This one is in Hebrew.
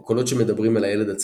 או קולות שמדברים אל הילד עצמו.